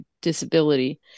disability